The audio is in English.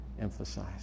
emphasize